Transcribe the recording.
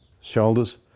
shoulders